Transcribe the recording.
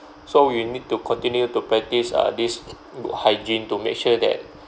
so you need to continue to practice uh this good hygiene to make sure that